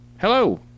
hello